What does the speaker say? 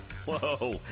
whoa